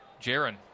Jaron